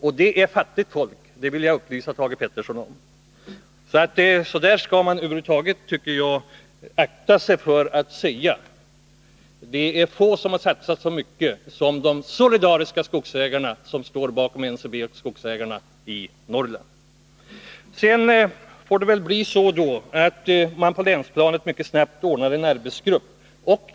Och det är fattigt folk som drabbats — det vill jag upplysa Thage Peterson om. Man skall över huvud taget akta sig, tycker jag, för att uttala sig så som Thage Peterson gjort i det här fallet. Det är få som har satsat så mycket som de solidariska skogsägarna i Norrland, som står bakom NCB. Det får väl bli så att man på länsplanet mycket snabbt ordnar en arbetsgrupp.